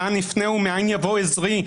לאן נפנה ומאין יבוא עזרי,